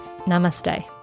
Namaste